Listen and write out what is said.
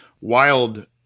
wild